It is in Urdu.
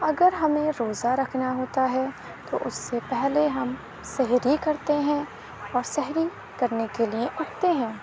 اگر ہمیں روزہ رکھنا ہوتا ہے تو اس سے پہلے ہم سحری کرتے ہیں اور سحری کرنے کے لیے اٹھتے ہیں